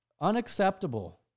Unacceptable